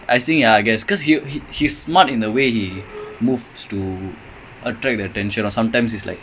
that's how he scores